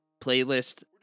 playlist